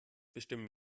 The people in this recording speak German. bestimmen